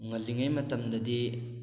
ꯉꯜꯂꯤꯉꯩ ꯃꯇꯝꯗꯗꯤ